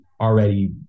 already